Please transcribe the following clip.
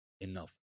enough